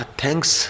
thanks